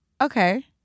Okay